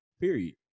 period